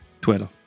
Twitter